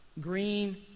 green